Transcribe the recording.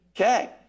Okay